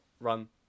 run